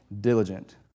diligent